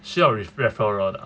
需要 with referral 的 ah